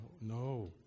No